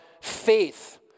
faith